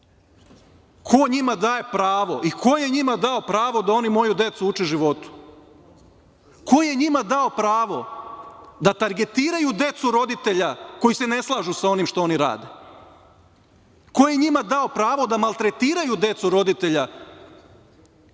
njima daje pravo i ko je njima dao pravo da oni moju decu uče o životu? Ko je njima dao pravo da targetiraju decu roditelja koji se ne slažu sa onim što oni rade? Ko je njima dao pravo da maltretiraju decu roditelja,